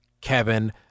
Kevin